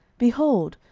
behold,